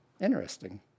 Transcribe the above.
interesting